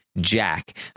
Jack